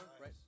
right